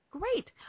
Great